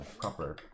proper